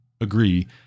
agree